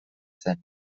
zen